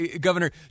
Governor